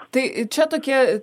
tai čia tokie